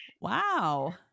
Wow